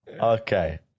Okay